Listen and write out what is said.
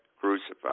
crucified